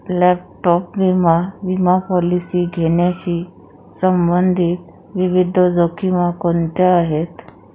laptop विमा विमा policy घेण्याशी संबंधित विविध जोखिमा कोणत्या आहेत